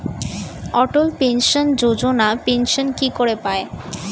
অটল pension Yojana pension কি করে পায়?